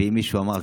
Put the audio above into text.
ואם מישהו אמר,